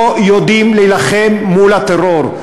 לא יודעים להילחם מול הטרור.